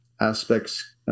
aspects